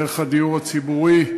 דרך הדיור הציבורי.